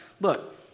Look